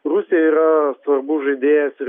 rusija yra svarbus žaidėjas ir